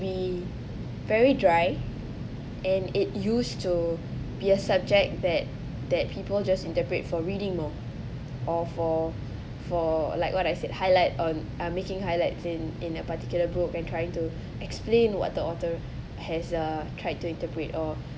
be very dry and it used to be a subject that that people just interpret for reading more or for for like what I said highlight on uh making highlight in in a particular book and trying to explain what the author has uh try to interpret or